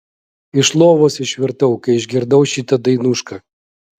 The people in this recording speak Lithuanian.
iš lovos išvirtau kai išgirdau šitą dainušką